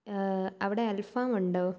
അവിടെ അൽഫാം ഉണ്ടോ